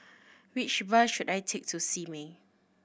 which bus should I take to Simei